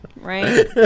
Right